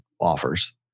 offers